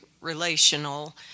relational